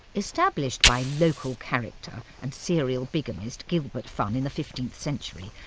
established by local character and serial bigamist gilbert funn in the fifteenth century,